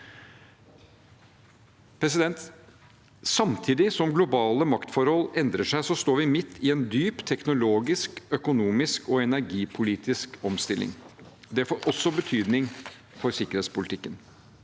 virkemidlene. Samtidig som globale maktforhold endrer seg, står vi midt i en dyp teknologisk, økonomisk og energipolitisk omstilling. Det får også betydning for sikkerhetspolitikken.